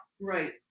Right